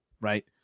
Right